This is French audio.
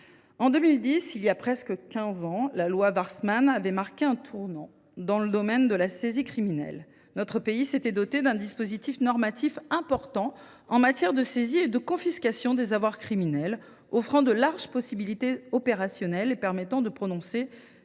En 2010, il y a presque quinze ans, la loi Warsmann avait marqué un tournant dans le domaine de la saisie criminelle. Notre pays s’était doté d’un dispositif normatif important en matière de saisie et de confiscation des avoirs criminels, offrant de larges possibilités opérationnelles et permettant de prononcer